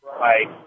Right